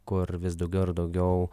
kur vis daugiau ir daugiau